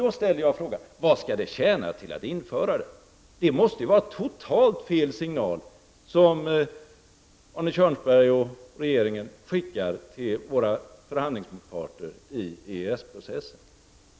Då ställer jag frågan: Vad skall det tjäna till att införa den? Det måste ju vara helt fel signal som Arne Kjörnsberg och regeringen därigenom skickar till våra förhandlingsmotparter i EES-processen.